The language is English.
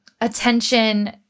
Attention